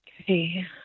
Okay